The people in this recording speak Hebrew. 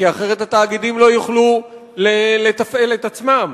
כי אחרת התאגידים לא יוכלו לתפעל את עצמם,